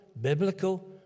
biblical